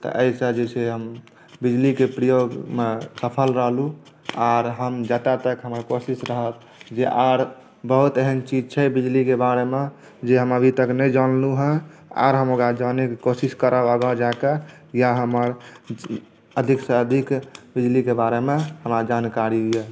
तऽ एहिसँ जे छै हम बिजलीके प्रयोगमे सफल रहलहुँ आर हम जतय तक हमर कोशिश रहत जे आर बहुत एहन चीज छै बिजलीके बारेमे जे हम अभी तक नहि जानलहुँ हेँ आर हम ओकरा जानयके कोशिश करब आगाँ जाए कऽ इएह हमर अधिकसँ अधिक बिजलीके बारेमे हमरा जानकारी यए